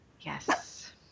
Yes